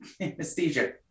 anesthesia